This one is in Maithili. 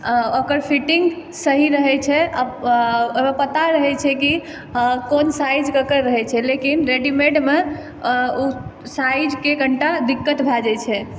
आ ओकर फिटिङ्ग सही रहै छै आ आ ओहिमे पता रहै छै कि आ कोन साइज ककर रहै छै लेकिन रेडीमेडमे आ ओ साइज के कनिटा दिक्कत भए जाइ छै